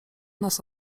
nas